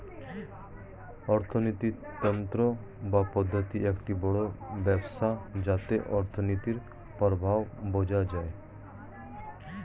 অর্থিনীতি তন্ত্র বা পদ্ধতি একটি বড় ব্যবস্থা যাতে অর্থনীতির প্রভাব বোঝা যায়